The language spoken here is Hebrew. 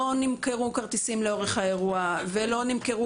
לא נמכרו כרטיסים לאורך האירוע ולא נמכרו